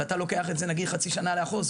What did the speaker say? ואתה לוקח את זה חצי שנה לאחור,